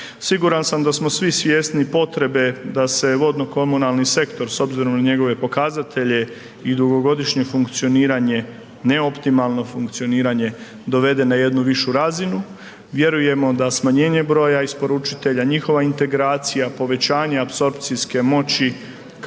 Siguran sam da smo svi svjesni potrebe da se vodno-komunalni sektor s obzirom na njegove pokazatelje i dugogodišnje funkcioniranje, neoptimalno funkcioniranje dovede na jednu višu razinu. Vjerujemo da smanjenje broja isporučitelja, njihova integracija, povećanje apsorpcijske moći